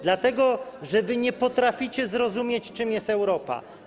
Dlatego że wy nie potraficie zrozumieć, czym jest Europa.